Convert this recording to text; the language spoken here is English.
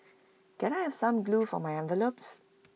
can I have some glue for my envelopes